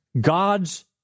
God's